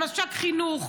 מש"ק חינוך,